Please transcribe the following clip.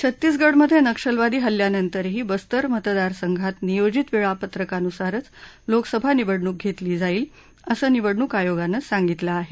छत्तीसगडमध्ये नक्षलवादी हल्ल्यानंतरही बस्तर मतदार संघात नियोजित वेळापत्रकानुसारच लोकसभा निवडणूक घेतली जाईल असं निवडणूक आयोगानं सांगितलं आहे